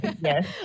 Yes